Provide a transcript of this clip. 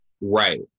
right